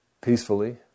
peacefully